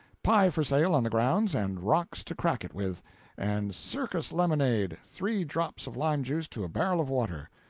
pie for sale on the grounds, and rocks to crack it with and circus-lemonade three drops of lime juice to a barrel of water.